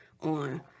on